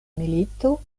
milito